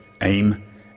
Aim